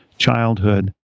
childhood